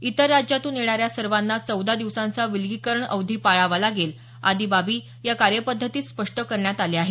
इतर राज्यांतून येणाऱ्या सर्वांना चौदा दिवसांचा विलगीकरण अवधी पाळावा लागेल आदी बाबी या कार्यपद्धतीत स्पष्ट करण्यात आल्या आहेत